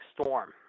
storm